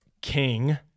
king